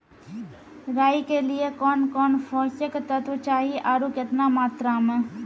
राई के लिए कौन कौन पोसक तत्व चाहिए आरु केतना मात्रा मे?